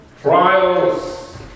Trials